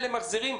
אלה מחזירים,